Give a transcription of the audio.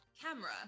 camera